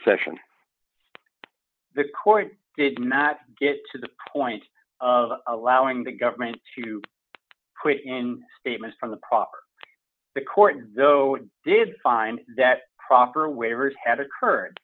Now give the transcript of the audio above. session the court did not get to the point of allowing the government to quit in statements from the proper the court though did find that proper waivers had occurred